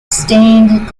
stained